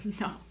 no